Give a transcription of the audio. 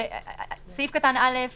הסעיף הזה הוא